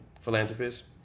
philanthropists